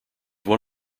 one